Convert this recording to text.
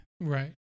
Right